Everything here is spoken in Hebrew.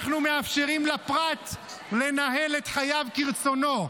אנחנו מאפשרים לפרט לנהל את חייו כרצונו,